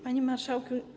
Panie Marszałku!